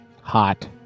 Hot